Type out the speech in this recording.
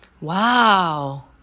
wow